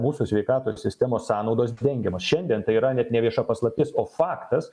mūsų sveikatos sistemos sąnaudos dengiamos šiandien tai yra net ne vieša paslaptis o faktas